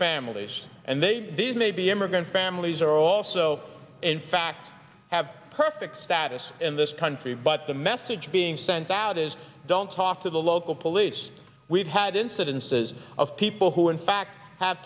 families and they may be immigrant families or also in fact have perfect status in this country but the message being sent out is don't talk to the local police we've had incidences of people who in fact have